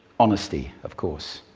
honesty, of course,